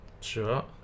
Sure